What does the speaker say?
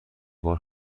بار